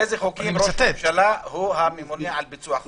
באיזה חוקים ראש ממשלה הוא הממונה על ביצוע החוק?